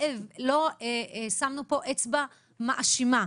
לא שמנו פה אצבע מאשימה.